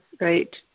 right